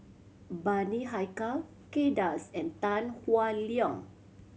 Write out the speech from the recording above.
Bani Haykal Kay Das and Tan Howe Liang